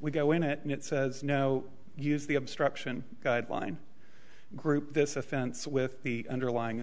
we go in it and it says no use the obstruction line group this offense with the underlying